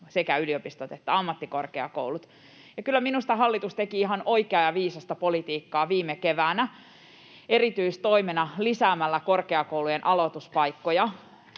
sekä yliopistoissa että ammattikorkeakouluissa. Ja kyllä minusta hallitus teki ihan oikeaa ja viisasta politiikkaa viime keväänä lisäämällä erityistoimena korkeakoulujen aloituspaikkoja,